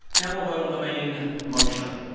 now we'll vote on the main motion.